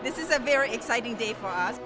this is a very exciting day for